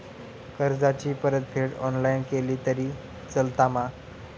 कर्जाची परतफेड ऑनलाइन केली तरी चलता मा?